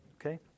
Okay